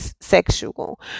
sexual